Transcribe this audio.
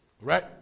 Right